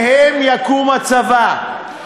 שמהם יקום הצבא.